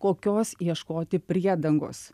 kokios ieškoti priedangos